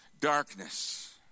darkness